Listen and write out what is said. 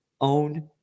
own